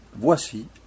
voici